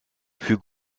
für